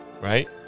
Right